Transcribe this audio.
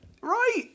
right